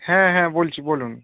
হ্যাঁ হ্যাঁ বলছি বলুন